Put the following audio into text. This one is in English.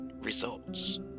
results